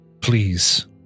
please